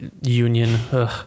union